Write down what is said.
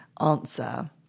answer